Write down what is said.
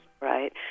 right